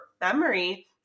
memory